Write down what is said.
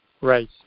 right